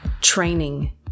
training